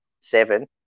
seven